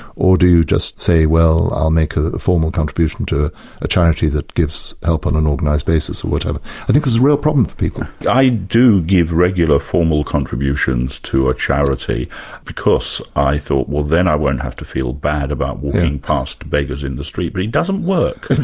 or do you just say well, i'll make a formal contribution to a charity that gives help on an organised basis, or whatever'. i think this is a real problem for people. i do give regular formal contributions to a charity because i thought well then i won't have to feel bad about walking past beggars in the street. but it doesn't work.